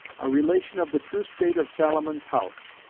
a relation of the true state of salomon's house.